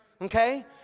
Okay